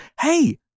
Hey